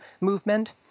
movement